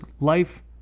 life